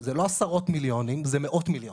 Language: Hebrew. - זה לא עשרות מיליונים, זה מאות מיליונים.